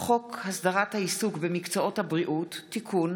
בהצעת חוק פ/1430/23: הצעת חוק הסדרת העיסוק במקצועות הבריאות (תיקון,